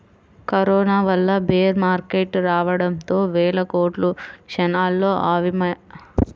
corona వల్ల bear market రావడంతో వేల కోట్లు క్షణాల్లో ఆవిరయ్యాయని అంటున్నారు